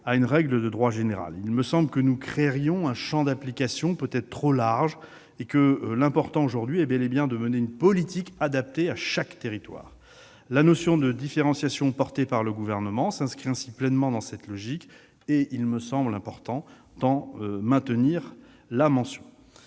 à une règle de droit général. Il me semble que nous créerions un champ d'application peut-être trop large ; or l'important aujourd'hui est bel et bien de mener une politique adaptée à chaque territoire. La notion de différenciation, défendue par le Gouvernement, s'inscrit pleinement dans cette logique. Aussi, il me paraît essentiel d'en maintenir la mention.